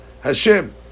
Hashem